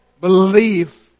belief